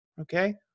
okay